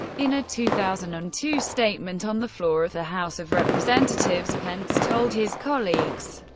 in a two thousand and two statement on the floor of the house of representatives, pence told his colleagues.